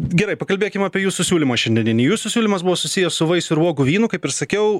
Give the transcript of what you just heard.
gerai pakalbėkim apie jūsų siūlymą šiandieninį jūsų siūlymas buvo susijęs su vaisių ir uogų vynu kaip ir sakiau